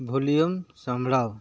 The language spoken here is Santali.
ᱵᱷᱚᱞᱤᱭᱩᱢ ᱥᱟᱢᱲᱟᱣ